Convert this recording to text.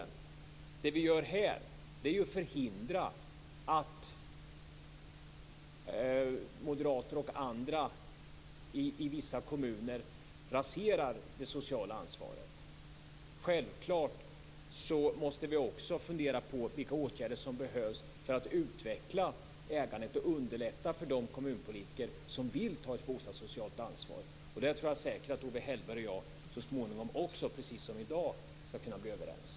Det vi gör här är ju att förhindra att moderater och andra i vissa kommuner raserar det sociala ansvaret. Självklart måste vi också fundera på vilka åtgärder som behövs för att utveckla ägandet och underlätta för de kommunpolitiker som vill ta ett bostadssocialt ansvar. Där tror jag säkert att Owe Hellberg och jag så småningom, precis som i dag, skall kunna bli överens.